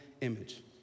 image